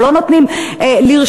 או לא נותנים לרשום.